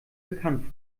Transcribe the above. bekannt